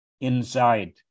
inside